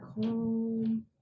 home